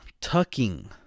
tucking